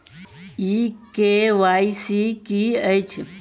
ई KYC की अछि?